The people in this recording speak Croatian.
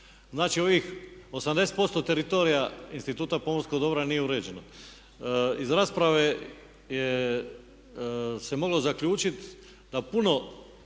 znači ovih 80% teritorija Instituta pomorskog dobra nije uređeno. Iz rasprave je se moglo zaključiti da puno